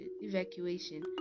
evacuation